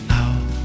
out